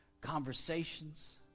conversations